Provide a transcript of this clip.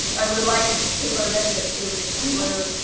i would like and to amend it to exclude,